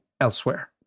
elsewhere